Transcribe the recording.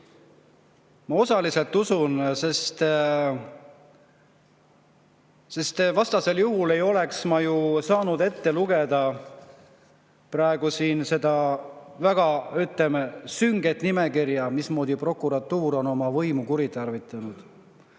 Ma osaliselt usun, sest vastasel korral ei oleks ma saanud ette lugeda seda väga sünget nimekirja, mismoodi prokuratuur on oma võimu kuritarvitanud.